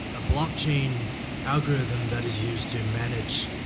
a blockchain algorithm that is used to manage